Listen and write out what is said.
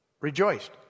rejoiced